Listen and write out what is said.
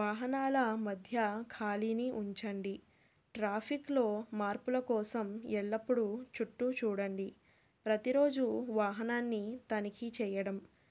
వాహనాల మధ్య ఖాళీని ఉంచండి ట్రాఫిక్లో మార్పుల కోసం ఎల్లప్పుడూ చుట్టూ చూడండి ప్రతిరోజు వాహనాన్ని తనిఖీ చేయడం